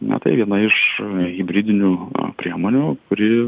na tai viena iš hibridinių priemonių kuri